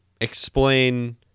explain